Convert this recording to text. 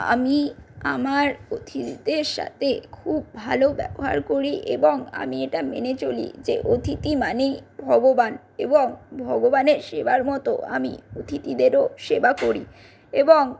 আমি আমার অতিথিদের সাথে খুব ভালো ব্যবহার করি এবং আমি এটা মেনে চলি যে অতিথি মানেই ভগবান এবং ভগবানের সেবার মত আমি অতিথিদেরও সেবা করি এবং